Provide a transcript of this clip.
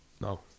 No